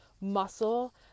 muscle